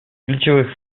ключевых